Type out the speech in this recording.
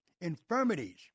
infirmities